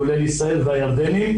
כולל ישראל והירדנים,